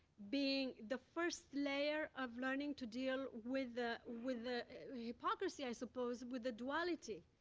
being the first layer of learning to deal with the with the hypocrisy, i suppose, with the duality.